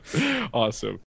Awesome